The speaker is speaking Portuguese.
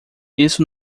isso